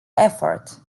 effort